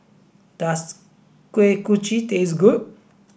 does Kuih Kochi taste good